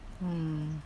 mm